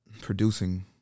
producing